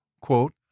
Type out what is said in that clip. quote